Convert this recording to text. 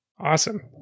Awesome